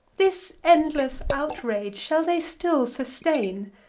this endless outrage shall they still sustain?